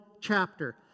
chapter